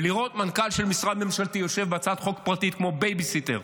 ולראות מנכ"ל של משרד ממשלתי יושב בהצעת חוק פרטית כמו בייביסיטר,